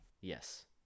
Yes